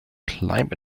climb